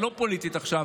הלא-פוליטית עכשיו: